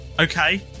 Okay